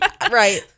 right